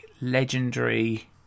legendary